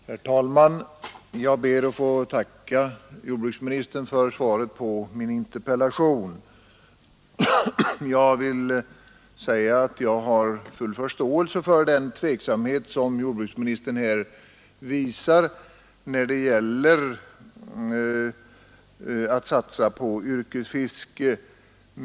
Herr talman! Jag ber att få tacka jordbruksministern för svaret på min interpellation. Jag har full förståelse för den tveksamhet som jordbruksministern här visar när det gäller att satsa på yrkesfiske.